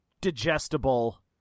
digestible